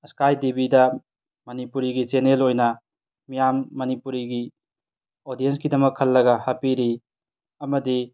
sky ꯇꯤꯚꯤꯗ ꯃꯅꯤꯄꯨꯔꯤꯒꯤ channel ꯑꯣꯏꯅ ꯃꯤꯌꯥꯝ ꯃꯅꯤꯄꯨꯔꯤꯒꯤ ꯑꯣꯗꯤꯌꯦꯟꯁꯀꯤꯗꯃꯛ ꯈꯜꯂꯒ ꯍꯥꯞꯄꯤꯔꯤ ꯑꯃꯗꯤ